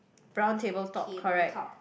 round table top correct